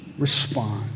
respond